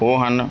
ਉਹ ਹਨ